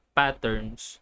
patterns